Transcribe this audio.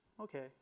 okay